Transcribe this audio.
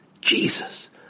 Jesus